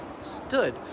stood